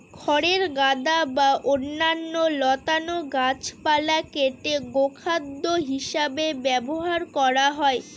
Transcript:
খড়ের গাদা বা অন্যান্য লতানো গাছপালা কেটে গোখাদ্য হিসাবে ব্যবহার করা হয়